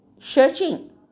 searching